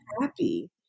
happy